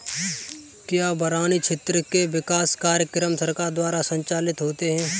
क्या बरानी क्षेत्र के विकास कार्यक्रम सरकार द्वारा संचालित होते हैं?